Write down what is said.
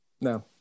no